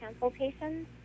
consultations